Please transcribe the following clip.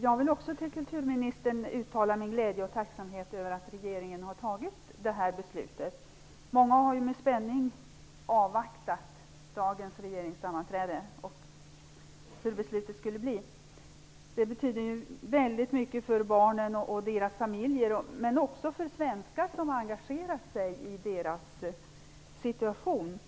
Jag vill också till kulturministern uttala min glädje och tacksamhet över att regeringen har fattat detta beslut. Många har med spänning avvaktat beslutet vid dagens regeringssammanträde. Beslutet betyder mycket för barnen och deras familjer men också för svenskar som engagerat sig i deras situation.